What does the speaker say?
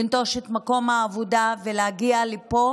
לנטוש את מקום העבודה ולהגיע לפה